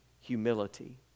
humility